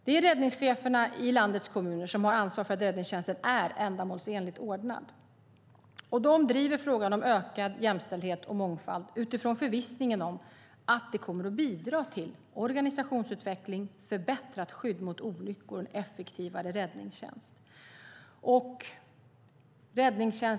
Det är räddningscheferna i landets kommuner som har ansvar för att räddningstjänsten är ändamålsenligt ordnad. De driver frågan om ökad jämställdhet och mångfald utifrån förvissningen att det kommer att bidra till organisationsutveckling, förbättrat skydd mot olyckor och en effektivare räddningstjänst.